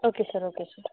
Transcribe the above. okay sir okay sir